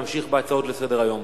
ונמשיך בהצעות לסדר-היום.